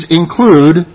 include